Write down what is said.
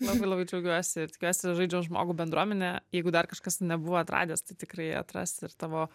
labai labai džiaugiuosi ir tikiuosi žaidžiam žmogų bendruomenė jeigu dar kažkas nebuvo atradęs tai tikrai atras ir tavo